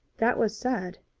that was sad,